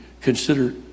consider